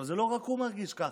עכשיו, לא רק הוא מרגיש ככה.